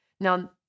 Now